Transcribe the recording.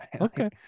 Okay